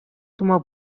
тума